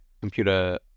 computer